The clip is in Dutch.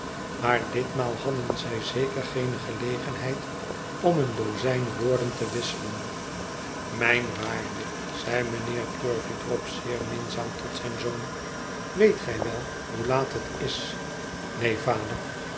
maar ditmaal hadden zij zeker geene gelegenheid om een dozijn woorden te wisselen mijn waarde zeide mijnheer turveydrop zeer minzaam tot zijn zoon weet gij wel hoe laat het is neen vader